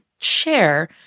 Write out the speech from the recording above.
share